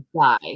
die